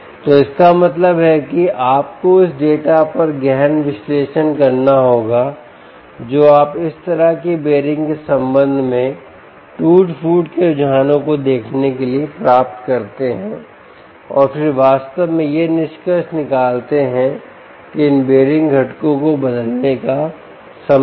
तो इसका मतलब है कि आपको उस डेटा पर गहन विश्लेषण करना होगा जो आप इस तरह के बेयररिंग के संबंध में टूट फूट के रुझानों को देखने के लिए प्राप्त करते हैं और फिर वास्तव में यह निष्कर्ष निकालते हैं कि इन बेयररिंग घटकों को बदलने का समय है